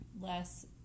less